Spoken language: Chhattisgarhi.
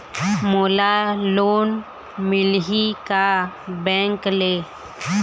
मोला लोन मिलही का बैंक ले?